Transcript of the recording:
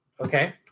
Okay